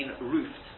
roofed